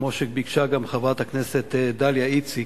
כמו שביקשה גם חברת הכנסת דליה איציק.